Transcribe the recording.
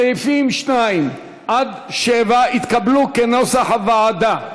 סעיפים 2 7 התקבלו כנוסח הוועדה.